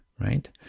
right